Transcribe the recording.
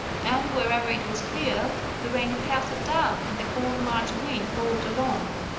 and wherever it was clear the rain pelted down and the cold march wind howled along.